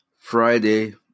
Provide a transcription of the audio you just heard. Friday